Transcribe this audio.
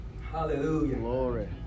Hallelujah